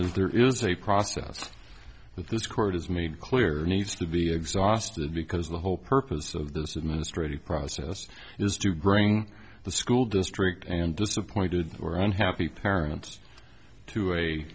is there is a process that this court has made clear needs to be exhausted because the whole purpose of this administrative process is to growing the school district and disappointed or unhappy parents to a